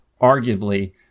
arguably